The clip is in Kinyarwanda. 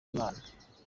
imana